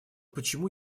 почему